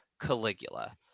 Caligula